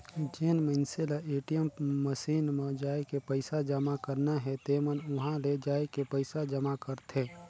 जेन मइनसे ल ए.टी.एम मसीन म जायके पइसा जमा करना हे तेमन उंहा ले जायके पइसा जमा करथे